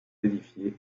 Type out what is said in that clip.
édifié